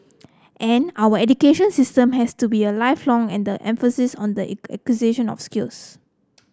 and our education system has to be a lifelong and the emphasis on the acquisition of skills